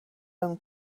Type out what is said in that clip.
own